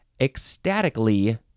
ecstatically